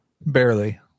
Barely